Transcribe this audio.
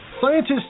Scientists